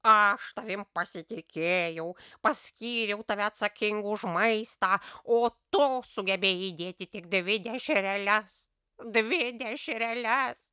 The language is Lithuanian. aš tavim pasitikėjau paskyriau tave atsakingu už maistą o tu sugebėjai įdėti tik dvi dešreles dvi dešreles